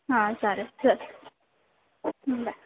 हां चालेल चल बाय